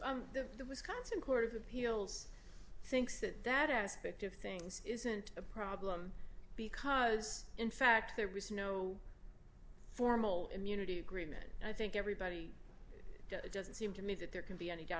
to wisconsin court of appeals thinks that that aspect of things isn't a problem because in fact there was no formal immunity agreement i think everybody it doesn't seem to me that there can be any doubt